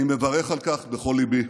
אני מברך על כך בכל ליבי.